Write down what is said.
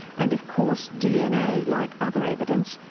and of course, dna, like other evidence,